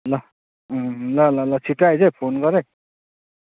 ल ल ल ल छिट्टो आइज है फोन गर है